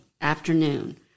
afternoon